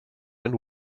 and